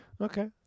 Okay